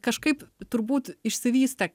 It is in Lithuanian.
kažkaip turbūt išsivystė